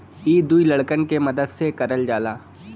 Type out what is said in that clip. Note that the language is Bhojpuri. इ दू लड़कन के मदद से करल जाला